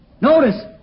Notice